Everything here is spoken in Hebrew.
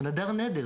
הוא נדר נדר,